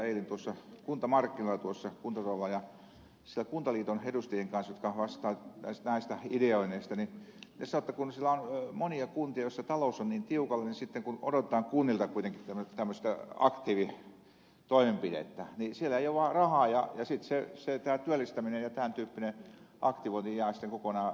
olin eilen kuntapäivillä tuossa kuntamarkkinoilla kuntatalolla ja siellä kuntaliiton edustajat jotka vastaavat näistä ideoinneista sanoivat että on monia kuntia joissa talous on niin tiukalla että vaikka odotetaan kunnilta kuitenkin tämmöistä aktiivitoimenpidettä niin siellä ei ole vaan rahaa ja sitten tämä työllistäminen ja tämän tyyppinen aktivointi jää kokonaan hunningolle